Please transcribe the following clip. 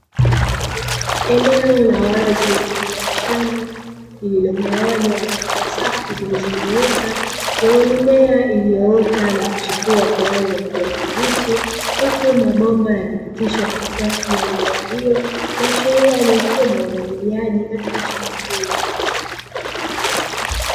Eneo la wazi mfano wa shamba lililogawanywa katika safu zilizonyooka lenye mimea iliyoota na kuchepua kwa rangi ya kijani kibichi, huku mabomba yakipita katikati ya mimea hii ikiashiria ni mfumo wa umwagiliaji katika shamba hilo.